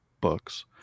books